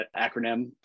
acronym